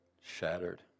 shattered